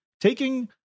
taking